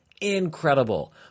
Incredible